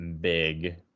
big